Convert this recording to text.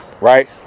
Right